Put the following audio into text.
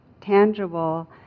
tangible